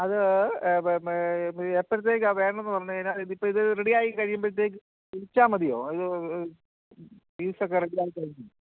അത് എപ്പോഴത്തേക്കാ വേണ്ടതെന്ന് പറഞ്ഞുകഴിഞ്ഞാൽ ഇതിപ്പം ഇത് റെഡി ആയി കഴിയുമ്പോഴത്തേക്ക് വിളിച്ചാൽ മതിയോ ഇത് ഫീസൊക്കെ റെഡി ആയിക്കഴിഞ്ഞ്